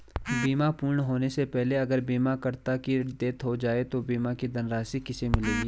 बीमा पूर्ण होने से पहले अगर बीमा करता की डेथ हो जाए तो बीमा की धनराशि किसे मिलेगी?